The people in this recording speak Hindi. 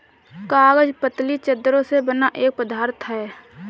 कागज पतली चद्दरों से बना एक पदार्थ है